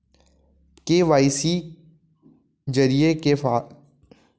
KYC जरिए के का फायदा हे?